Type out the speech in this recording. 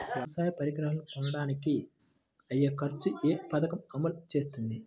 వ్యవసాయ పరికరాలను కొనడానికి అయ్యే ఖర్చు ఏ పదకము అమలు చేస్తుంది?